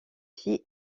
filles